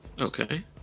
Okay